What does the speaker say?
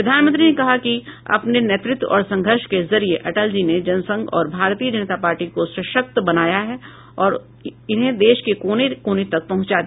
प्रधानमंत्री ने कहा कि अपने नेतृत्व और संघर्ष के जरिए अटल जी ने जनसंघ और भारतीय जनता पार्टी को सशक्त बनाया और इन्हें देश के कोने कोने तक पहुंचा दिया